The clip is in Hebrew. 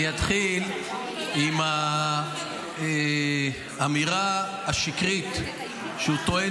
אני אתחיל עם האמירה השקרית שהוא טוען